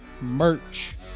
merch